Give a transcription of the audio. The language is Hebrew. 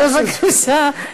בבקשה, יואל.